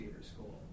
school